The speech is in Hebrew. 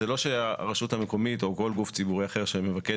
זה לא שהרשות המקומית או כל גוף ציבורי אחר שמבקש